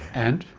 and?